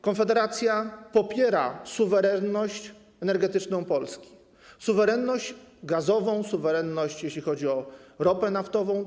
Konfederacja popiera suwerenność energetyczną Polski, suwerenność gazową, suwerenność, jeśli chodzi o ropę naftową.